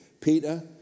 Peter